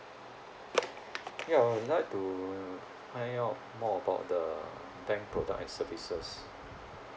hey I would like to find out more about the bank product and services